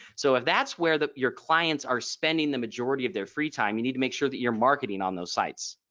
so if that's where your clients are spending the majority of their free time you need to make sure that you're marketing on those sites